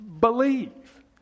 believe